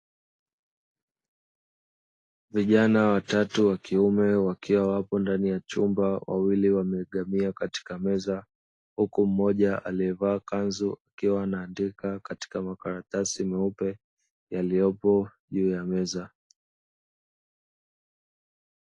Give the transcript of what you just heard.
Vijana watatu wa kiume wakiwa wapo ndani ya chumba, wawili wameegemea katika meza huku mmoja aliyevaa kanzu akiwa anaandika katika makaratasi meupe yaliyopo juu ya meza